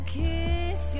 kiss